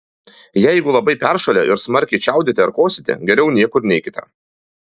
jeigu labai peršalę ir smarkiai čiaudite ar kosite geriau niekur neikite